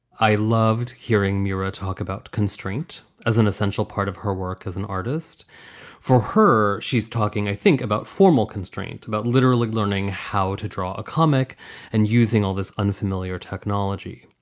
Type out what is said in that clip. i loved hearing mira talk about constraint as an essential part of her work as an artist for her. she's talking, i think, about formal constraints, about literally learning how to draw a comic and using all this unfamiliar technology.